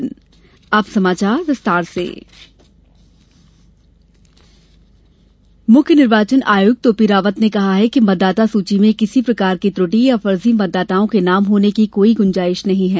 मतदाता सूची मुख्य निर्वाचन आयुक्त ओ पी रावत ने कहा है कि मतदाता सूची में किसी प्रकार की त्रटि या फर्जी मतदाताओं के नाम होने की कोई गुजाइश नहीं है